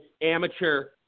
amateur